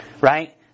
right